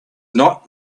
not